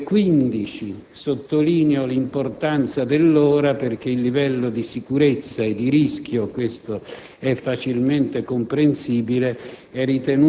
il venerdì, però alle ore 15. Sottolineo l'importanza dell'ora perché il livello di sicurezza e di rischio, come